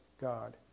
God